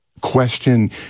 question